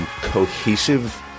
cohesive